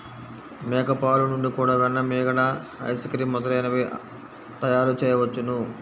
మేక పాలు నుండి కూడా వెన్న, మీగడ, ఐస్ క్రీమ్ మొదలైనవి తయారుచేయవచ్చును